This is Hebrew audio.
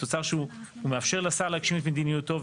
תוצר שהוא מאפשר לשר להגשים את מדיניותו,